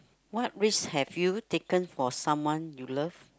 what risks have you taken for someone you love